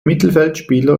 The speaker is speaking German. mittelfeldspieler